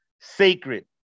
sacred